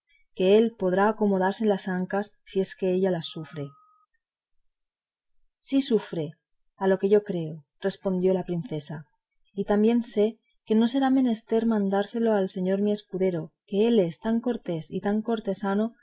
que él podrá acomodarse en las ancas si es que ella las sufre sí sufre a lo que yo creo respondió la princesa y también sé que no será menester mandárselo al señor mi escudero que él es tan cortés y tan cortesano